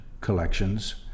collections